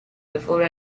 before